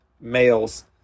Males